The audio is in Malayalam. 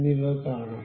എന്നിവ കാണാം